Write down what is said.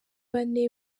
bane